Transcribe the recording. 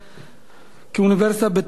בתמיכה ממשלתית.